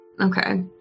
Okay